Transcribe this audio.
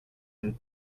and